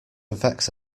effects